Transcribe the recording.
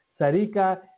Sarica